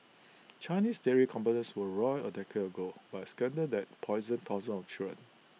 Chinese dairy companies were roiled A decade ago by A scandal that poisoned thousands of children